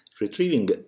retrieving